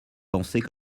pensaient